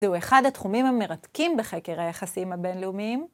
זהו אחד התחומים המרתקים בחקר היחסים הבינלאומיים.